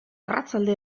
arratsalde